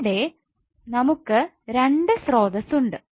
ഇവിടെ നമുക്ക് 2 സ്രോതസ്സ് ഉണ്ട്